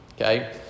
Okay